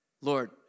Lord